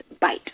bite